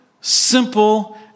simple